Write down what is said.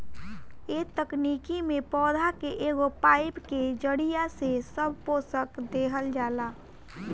ए तकनीकी में पौधा के एगो पाईप के जरिया से सब पोषक देहल जाला